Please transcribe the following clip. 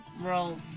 roll